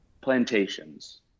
plantations